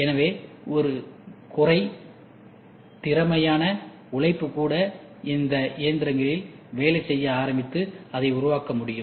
எனவே ஒரு குறை திறமையான உழைப்பு கூட இந்த இயந்திரங்களில் வேலை செய்ய ஆரம்பித்து அதை உருவாக்க முடியும்